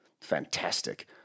fantastic